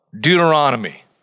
Deuteronomy